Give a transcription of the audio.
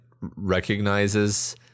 recognizes